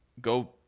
go